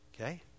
Okay